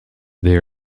they